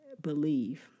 believe